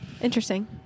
Interesting